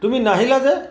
তুমি নাহিলা যে